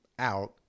out